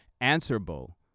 answerable